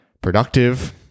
productive